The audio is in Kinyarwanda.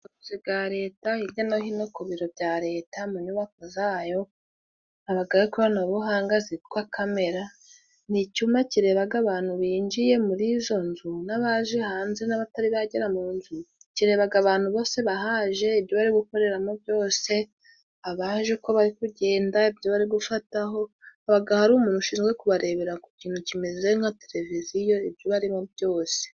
Ubuyobozi bwa Leta hirya no hino ku biro bya Leta mu nyubako zayo, habagayo ikoranabuhanga zitwa kamera ni icyuma kirebaga abantu binjiye muri izo nzu n'abaje hanze n'abatari bagera mu nzu, kirebaga abantu bose bahaje, ibyo bari gukoreramo byose, abaje uko bari kugenda, ibyo bari gufataho. Habaga hari umuntu ushinzwe kubarebera ku kintu kimeze nka televiziyo ibyo barimo byose.